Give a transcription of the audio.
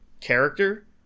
character